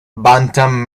bantam